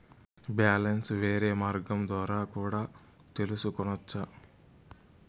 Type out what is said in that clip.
Balance వేరే మార్గం ద్వారా కూడా తెలుసుకొనొచ్చా?